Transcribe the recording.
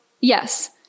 yes